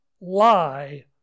lie